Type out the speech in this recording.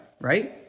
right